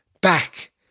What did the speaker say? back